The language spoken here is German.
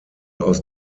aus